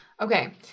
Okay